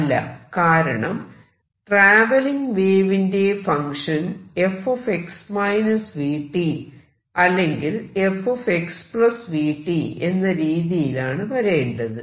അല്ല കാരണം ട്രാവെല്ലിങ് വേവിന്റെ ഫങ്ക്ഷൻ fx vt അല്ലെങ്കിൽ fxvt എന്ന രീതിയിലാണ് വരേണ്ടത്